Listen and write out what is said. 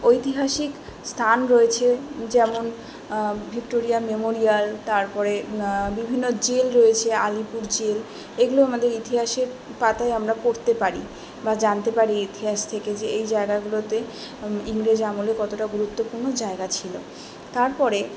ঐতিহাসিক স্থান রয়েছে যেমন ভিক্টোরিয়া মেমোরিয়াল তারপরে বিভিন্ন জেল রয়েছে আলিপুর জেল এগুলো আমাদের ইতিহাসের পাতায় আমরা পড়তে পারি বা জানতে পারি ইতিহাস থেকে যে এই জায়গাগুলোতে ইংরেজ আমলে কতটা গুরুত্বপূর্ণ জায়গা ছিল তারপরে